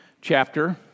chapter